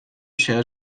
się